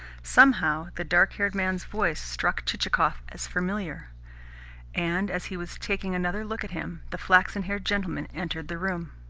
somehow, the dark-haired man's voice struck chichikov as familiar and as he was taking another look at him the flaxen-haired gentleman entered the room.